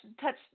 touch